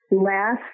Last